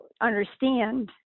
understand